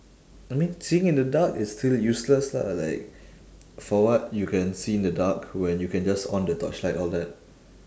I mean seeing in the dark is still useless lah like for what you can see in the dark when you can just on the torchlight all that